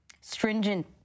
stringent